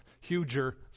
huger